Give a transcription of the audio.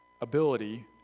ability